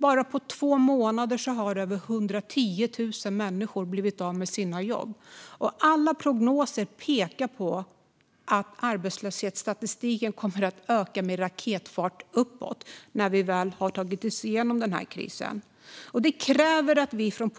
Bara på två månader har över 110 000 människor blivit av med sina jobb. Alla prognoser pekar på att arbetslöshetsstatistiken kommer att öka med raketfart uppåt när vi väl har tagit oss igenom krisen. Det kräver att vi från